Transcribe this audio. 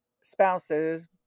spouses